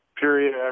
period